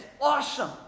awesome